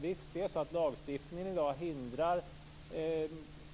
Visst är det så att lagstiftningen i dag hindrar